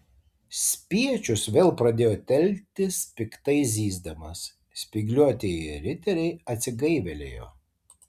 spiečius vėl pradėjo telktis piktai zyzdamas spygliuotieji riteriai atsigaivelėjo